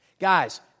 Guys